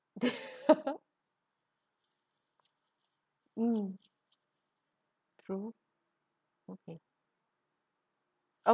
mm true okay